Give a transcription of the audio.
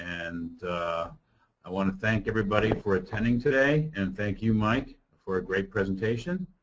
and i want to thank everybody for attending today. and thank you, mike, for a great presentation.